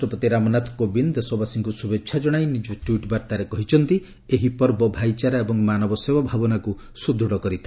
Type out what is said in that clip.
ରାଷ୍ଟ୍ରପତି ରାମନାଥ କୋବିନ୍ଦ ଦେଶବାସୀଙ୍କୁ ଶୁଭେଚ୍ଛା ଜଣାଇ ନିଜ ଟ୍ୱିଟ୍ ବାର୍ତ୍ତାରେ କହିଛନ୍ତି ଏହି ପର୍ବ ଭାଇଚାରା ଏବଂ ମାନବ ସେବା ଭାବନାକୁ ସୁଦୃଢ଼ କରିଥାଏ